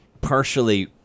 partially